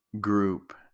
group